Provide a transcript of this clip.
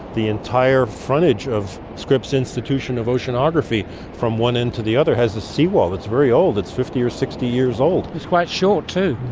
the entire frontage of scripps institution of oceanography from one end to the other has a seawall. it's very old, it's fifty or sixty years old. it's quite short too.